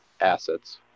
assets